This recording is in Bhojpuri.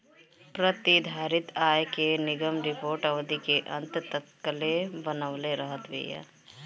प्रतिधारित आय के निगम रिपोर्ट अवधि के अंत तकले बनवले रहत बिया